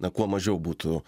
na kuo mažiau būtų